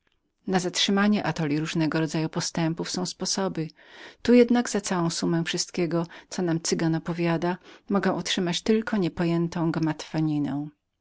na zatrzymanie atoli różnego rodzaju postępów są sposoby tu jednak za całą summę tego wszystkiego co nam cygan opowiadał mogę tylko otrzymać niepojętą